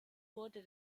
wurde